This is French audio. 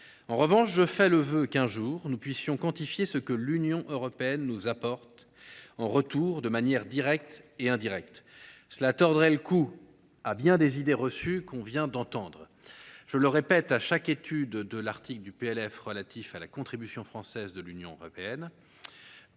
En revanche, je formule le vœu qu’un jour nous puissions quantifier ce que l’Union nous rapporte en retour de manière directe et indirecte. Cela tordrait le cou à bien des idées reçues ; nous venons d’en entendre plusieurs… Je le répète à chaque examen de l’article du PLF relatif à la contribution française, l’Union européenne